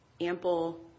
ample